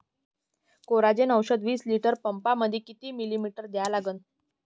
Coragen औषध विस litre पंपामंदी किती मिलीमिटर घ्या लागन?